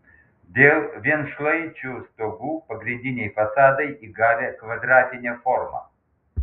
dėl vienšlaičių stogų pagrindiniai fasadai įgavę kvadratinę formą